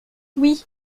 oui